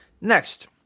Next